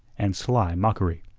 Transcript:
and sly mockery.